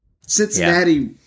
Cincinnati